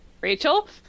Rachel